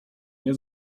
nie